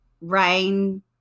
rain